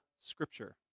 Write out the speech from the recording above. Scripture